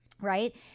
Right